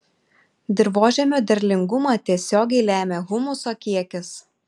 dirvožemio derlingumą tiesiogiai lemia humuso kiekis